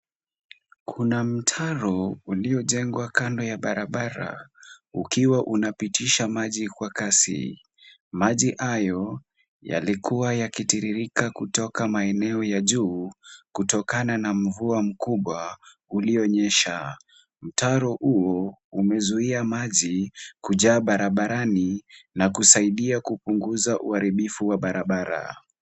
Kuna mtaro uliojengwa kando ya barabara, ukiwa unapitisha maji kwa kasi. Maji hayo yalikuwa yakitiririka kutoka maeneo ya juu, kutokana na mvua kubwa ilionyesha. Mtaro huu umezuia maji kujaa barabarani na kusaidia kupunguza uharibifu wa barabara.